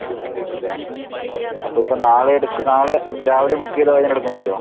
എടുക്കേണ്ടി വരുമല്ലേ അപ്പോൾ ഇപ്പോൾ നാളെ എടുക്കാം നാളെ രാവിലെ ബുക്ക് ചെയ്താൽ വൈകുന്നേരം എടുക്കാൻ പറ്റുമോ